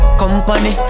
company